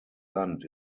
land